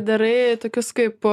darai tokius kaip